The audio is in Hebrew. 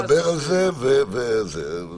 נדבר על זה, ומזה אנחנו